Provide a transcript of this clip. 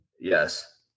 Yes